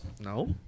no